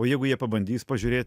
o jeigu jie pabandys pažiūrėt